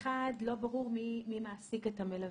ברור מי מעסיק את המלווה.